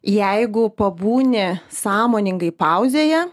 jeigu pabūni sąmoningai pauzėje